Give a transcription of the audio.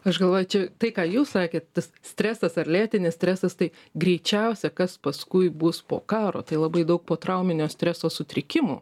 aš galvoju čia tai ką jūs sakėt stresas ar lėtinis stresas tai greičiausia kas paskui bus po karo tai labai daug potrauminio streso sutrikimų